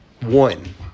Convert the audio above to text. One